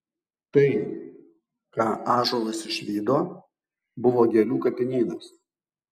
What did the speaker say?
tai ką ąžuolas išvydo buvo gėlių kapinynas